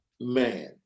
Man